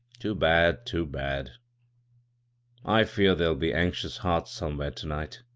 too bad, too bad i fear there'll be anxious hearts somewhere to-night